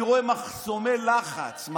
אני רואה מחסומי לחץ.